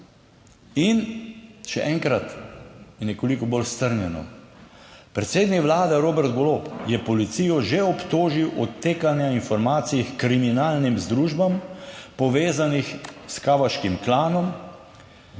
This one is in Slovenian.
In še enkrat, je nekoliko bolj strnjeno: predsednik vlade Robert Golob je policijo že obtožil odtekanja informacij kriminalnim združbam, povezanih s kavkaškim klanom.